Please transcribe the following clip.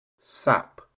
sap